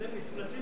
אתם מנסים